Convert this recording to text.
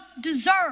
deserve